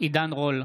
עידן רול,